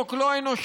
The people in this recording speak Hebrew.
חוק לא אנושי,